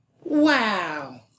Wow